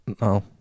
no